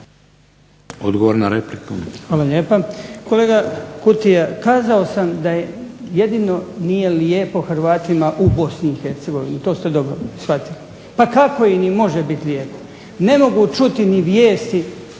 Goran (HDZ)** Hvala lijepa. Kolega Kutija, kazao sam da jedino nije lijepo Hrvatima u Bosni i Hercegovini, to ste dobro shvatili. Pa kako im i može biti lijepo? Ne mogu čuti ni vijesti,